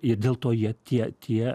ir dėl to jie tie tie